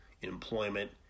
employment